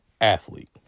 athlete